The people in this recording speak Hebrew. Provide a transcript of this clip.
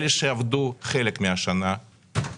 אלה שעבדו חלק מהשנה,